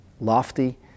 lofty